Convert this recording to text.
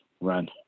run